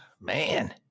man